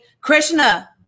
Krishna